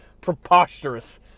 preposterous